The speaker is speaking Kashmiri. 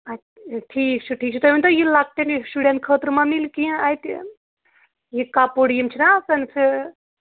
اَ ٹھیٖک چھُ ٹھیٖک چھُ تُہۍ ؤنۍ تو یہِ لۄکٹٮ۪ن یہِ شُرٮ۪ن خٲطرٕ مہ مِلہِ کینٛہہ اَتٮ۪ن یہِ کَپُر یِم چھِنہ آسان سہٕ